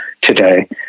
today